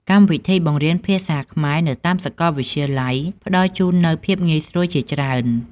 កម្មវិធីបង្រៀនភាសាខ្មែរនៅតាមសាកលវិទ្យាល័យផ្តល់ជូននូវភាពងាយស្រួលជាច្រើន។